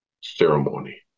ceremony